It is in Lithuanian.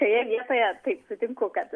šioje vietoje taip sutinku kad